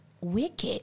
Wicked